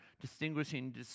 distinguishing